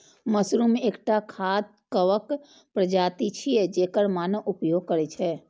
mushroom एकटा खाद्य कवक प्रजाति छियै, जेकर मानव उपभोग करै छै